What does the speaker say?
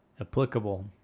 applicable